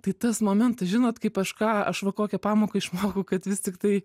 tai tas momentas žinot kaip aš ką aš va kokią pamoką išmokau kad vis tiktai